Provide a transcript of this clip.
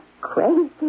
crazy